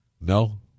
No